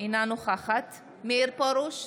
אינה נוכחת מאיר פרוש,